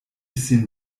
sin